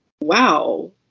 Wow